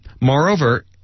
Moreover